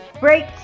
break